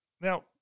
Now